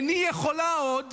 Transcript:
איני יכולה עוד.